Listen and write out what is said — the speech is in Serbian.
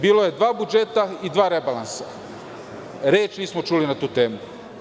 Bilo je dva budžeta i dva rebalansa, a reč nismo čuli na tu temu.